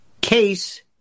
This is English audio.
case